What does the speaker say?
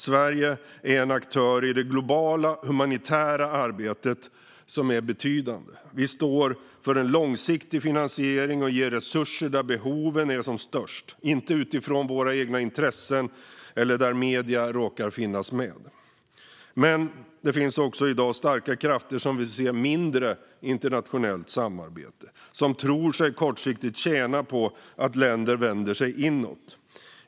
Sverige är en betydande aktör i det globala humanitära arbetet. Vi står för en långsiktig finansiering och ger resurser där behoven är som störst, inte utifrån våra egna intressen eller där medierna råkar finnas med. Men det finns också i dag starka krafter som vill se mindre av internationellt samarbete, som tror sig kortsiktigt tjäna på att länder vänder sig inåt.